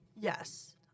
Yes